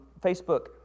Facebook